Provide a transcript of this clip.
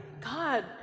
God